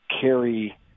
carry –